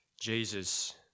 Jesus